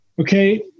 Okay